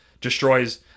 destroys